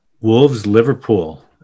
Wolves-Liverpool